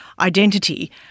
identity